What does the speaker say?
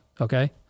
Okay